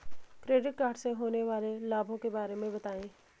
Credit card से होने वाले लाभों के बारे में बताएं?